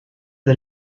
the